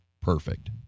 Perfect